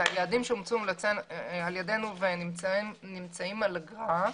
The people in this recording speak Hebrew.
את היעדים שהומלצו על ידנו ונמצאים על הגרף.